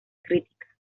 crítica